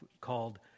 called